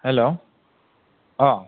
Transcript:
हेल' अ